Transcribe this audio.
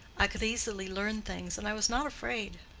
i could easily learn things, and i was not afraid.